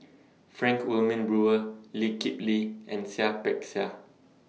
Frank Wilmin Brewer Lee Kip Lee and Seah Peck Seah